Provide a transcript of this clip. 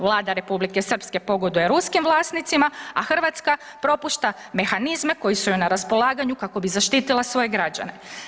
Vlada Republike Srpske pogoduje ruskim vlasnicima, a Hrvatska propušta mehanizme koji su joj na raspolaganju kako bi zaštitila svoje građane.